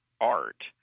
art